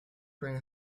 bring